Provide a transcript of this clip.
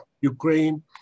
Ukraine